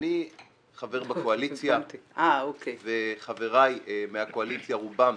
אני חבר בקואליציה וחבריי מהקואליציה, רובם,